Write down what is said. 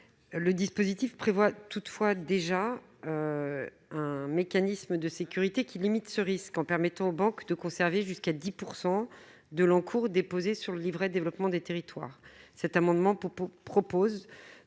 Le dispositif prévoit, toutefois, un mécanisme de sécurité qui limite ce risque, en permettant aux banques de conserver jusqu'à 10 % de l'encours déposé sur le livret de développement des territoires. Cet amendement a pour